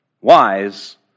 wise